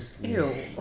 Ew